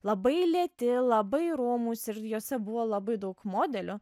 labai lėti labai romūs ir juose buvo labai daug modelių